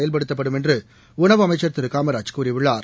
செயல்படுத்தப்படும் என்று உணவு அமைச்சர் திருகாமராஜ் கூறியுள்ளார்